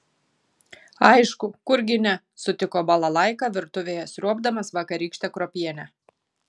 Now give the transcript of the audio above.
aišku kurgi ne sutiko balalaika virtuvėje sriuobdamas vakarykštę kruopienę